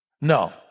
No